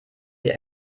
die